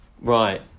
Right